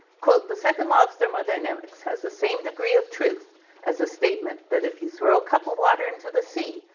quote, the second law of thermodynamics has the same degree of truth as a statement that if you throw a couple of water into the sea,